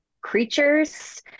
creatures